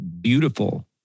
beautiful